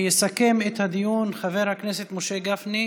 יסכם את הדיון חבר הכנסת משה גפני,